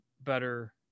better